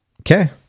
Okay